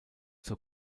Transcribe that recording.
zur